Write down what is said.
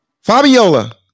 Fabiola